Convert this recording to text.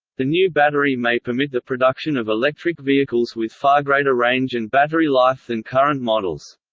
the new battery may permit the production of electric vehicles with far greater range and battery life than current models.